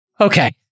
Okay